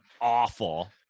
awful